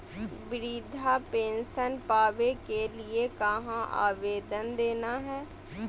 वृद्धा पेंसन पावे के लिए कहा आवेदन देना है?